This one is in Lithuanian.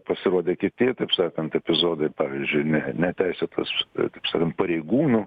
pasirodė kiti taip sakant epizodai pavyzdžiui ne neteisėtas taip sakant pareigūnų